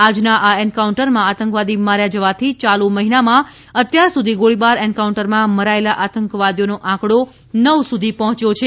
આજના આ એન્કાઉન્ટરમાં આતંકવાદી માર્યા જવાથી યાલુ મહિનામાં અત્યાર સુધી ગોળીબાર એન્કાઉન્ટરમાં મરાયેલા આતંકવાદીઓનો આંકડો નવ સુધી પર્જોચ્યો છે